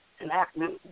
enactment